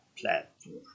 platform